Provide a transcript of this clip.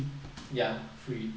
ya free